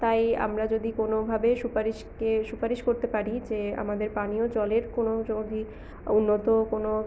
তাই আমরা যদি কোনোভাবে সুপারিশকে সুপারিশ করতে পারি যে আমাদের পানীয় জলের কোনো যদি উন্নত কোনো